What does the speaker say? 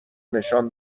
نشان